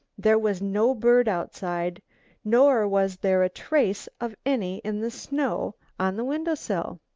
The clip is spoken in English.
there was no bird outside nor was there a trace of any in the snow on the window sill.